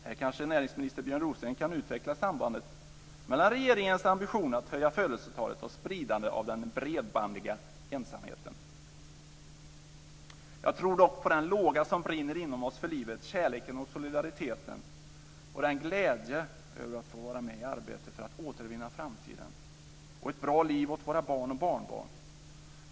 Här kanske näringsminister Björn Rosengren kan utveckla sambandet mellan regeringens ambition att höja födelsetalet och spridandet av den bredbandiga ensamheten. Jag tror dock på den låga som brinner inom oss för livet, på kärleken och solidariteten. Dessutom handlar det om glädjen över att få vara med i arbetet för att återvinna framtiden och om ett bra liv åt våra barn och barnbarn.